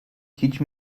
teach